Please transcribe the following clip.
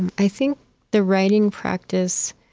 i think the writing practice